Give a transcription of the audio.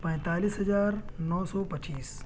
پینتالیس ہزار نو سو پچیس